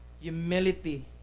Humility